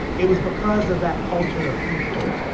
it was because of that culture of people.